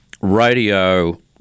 radio